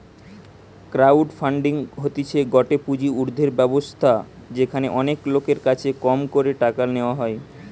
crowd funding হতিছে গটে পুঁজি উর্ধের ব্যবস্থা যেখানে অনেক লোকের কাছে কম করে টাকা নেওয়া হয়